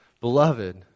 Beloved